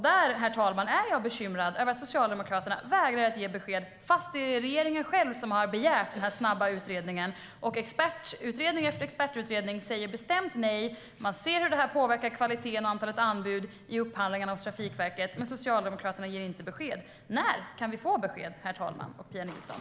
Där är jag bekymrad över att Socialdemokraterna vägrar att ge besked, trots att det är regeringen själv som har begärt den snabba utredningen. Och expertutredning efter expertutredning säger bestämt nej. Man ser hur det påverkar kvaliteten och antalet anbud i Trafikverkets upphandlingar. Men Socialdemokraterna ger inget besked. När kan vi få besked, herr talman och Pia Nilsson?